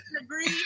agree